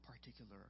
particular